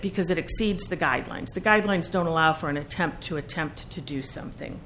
because it exceeds the guidelines the guidelines don't allow for an attempt to attempt to do something